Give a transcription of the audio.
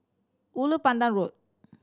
Ulu Pandan Road